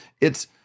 It's-